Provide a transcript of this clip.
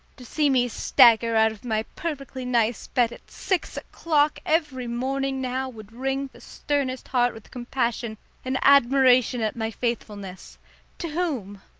to see me stagger out of my perfectly nice bed at six o'clock every morning now would wring the sternest heart with compassion and admiration at my faithfulness to whom?